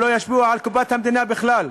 שלא ישפיעו על קופת המדינה בכלל.